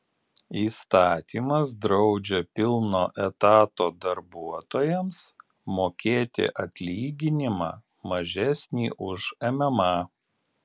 įstatymas draudžia pilno etato darbuotojams mokėti atlyginimą mažesnį už mma